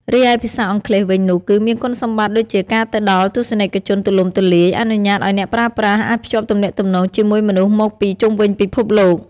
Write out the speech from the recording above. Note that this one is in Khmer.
រីឯភាសាអង់គ្លេសវិញនោះមានគុណសម្បត្តិដូចជាការទៅដល់ទស្សនិកជនទូលំទូលាយ អនុញ្ញាតឲ្យអ្នកប្រើប្រាស់អាចភ្ជាប់ទំនាក់ទំនងជាមួយមនុស្សមកពីជុំវិញពិភពលោក។